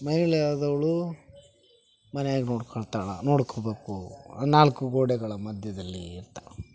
ಮಹಿಳೆ ಆದವಳು ಮನೆಯಾಗ ನೋಡ್ಕೊಳ್ತಾಳೆ ನೋಡ್ಕೋಬೇಕು ಆ ನಾಲ್ಕು ಗೋಡೆಗಳ ಮಧ್ಯದಲ್ಲಿ ಅಂತ